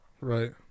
Right